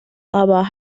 aber